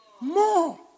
More